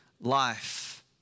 life